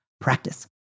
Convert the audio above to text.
practice